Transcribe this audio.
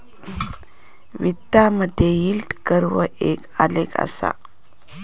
वित्तामधे yield curve एक आलेख असा